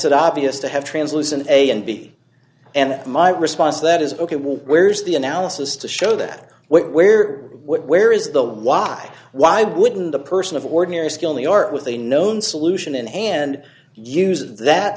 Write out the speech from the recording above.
it obvious to have translucent a and b and my response to that is ok well where's the analysis to show that where where is the why why wouldn't a person of ordinary skill the art with a known solution in hand use that